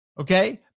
Okay